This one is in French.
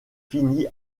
finit